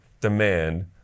demand